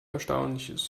erstaunliches